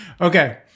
Okay